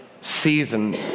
season